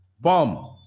Bomb